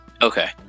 Okay